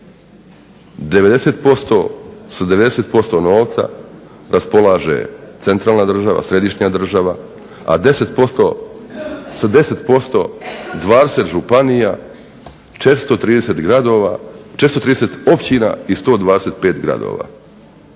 90%, sa 90% novca raspolaže centralna država, središnja država, a sa 10% 20 županija, 430 gradova, 430 općina i 125 gradova.